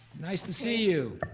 nice to see you.